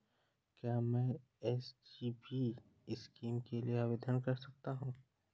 क्या मैं SGB scheme के लिए आवेदन कर सकता हूँ?